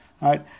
right